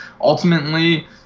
Ultimately